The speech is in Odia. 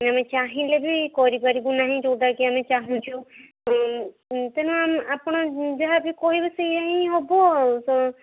ଆମେ ଚାହିଁଲେ ବି କରିପାରିବୁ ନାହିଁ ଯୋଉଟାକି ଆମେ ଚାହୁଁଛୁ ତେଣୁ ଉଁ ଆପଣ ଯାହାବି କହିବେ ସେୟାହିଁ ହେବ ଆଉ କଣ